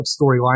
storyline